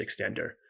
extender